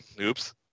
Oops